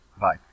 Bye